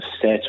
set